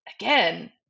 again